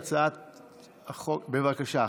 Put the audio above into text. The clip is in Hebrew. בהתחלה הצגתי את החוק, ההתחלה הייתה אתמול.